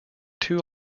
two